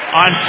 on